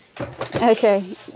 Okay